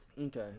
okay